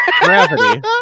Gravity